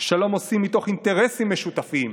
שלום עושים מתוך אינטרסים משותפים,